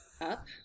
Up